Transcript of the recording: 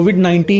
COVID-19